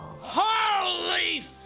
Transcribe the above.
Holy